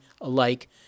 alike